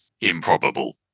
improbable